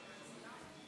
לוועדת העבודה,